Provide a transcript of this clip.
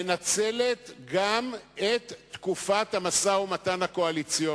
מנצלת גם את תקופת המשא-ומתן הקואליציוני.